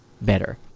better